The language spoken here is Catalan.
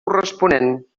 corresponent